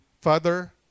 Father